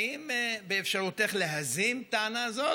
האם באפשרותך להזים טענה זו,